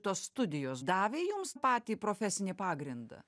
tos studijos davė jums patį profesinį pagrindą